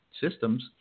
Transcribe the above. systems